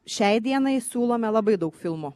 šiai dienai siūlome labai daug filmų